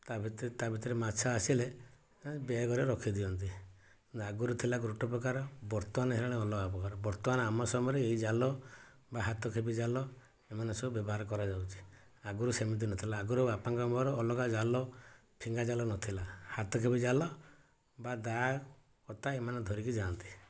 ତା ଭିତରେ ତା ଭିତରେ ମାଛ ଆସିଲେ ବେଗରେ ରଖି ଦିଅନ୍ତି ଆଗରୁ ଥିଲା ଗୋଟେ ପ୍ରକାର ବର୍ତ୍ତମାନ ହେଲାଣି ଅଲଗା ପ୍ରକାର ବର୍ତ୍ତମାନ ଆମ ସମୟରେ ଏଇ ଜାଲ ବା ହାତ ଖେପି ଜାଲ ଏମାନେ ସବୁ ବ୍ୟବହାର କରାଯାଉଛି ଆଗରୁ ସେମିତି ନଥିଲା ଆଗରୁ ବାପାଙ୍କ ମୋର ଅଲଗା ଜାଲ ଫିଙ୍ଗା ଜାଲ ନଥିଲା ହାତ ଖେପି ଜାଲ ବା ଦାଆ କତା ଏମାନେ ଧରିକି ଯାଆନ୍ତି